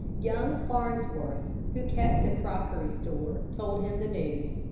young farnsworth, who kept the crockery store, told him the news.